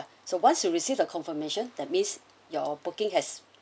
so once you received the confirmation that means your booking has